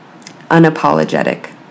Unapologetic